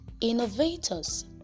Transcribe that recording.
innovators